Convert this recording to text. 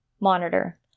monitor